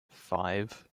five